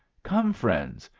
come, friends,